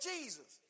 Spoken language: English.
Jesus